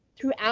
throughout